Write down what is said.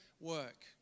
work